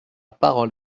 parole